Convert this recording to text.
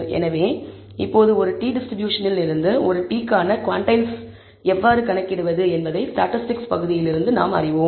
எனவே இப்போது ஒரு fit டிஸ்ட்ரிபியூஷன் இல் இருந்து ஒரு fit க்கான குவான்டைல்ஸ் எவ்வாறு கணக்கிடுவது என்பதை ஸ்டாட்டிஸ்டிக்ஸ் பகுதியிலிருந்து அறிவோம்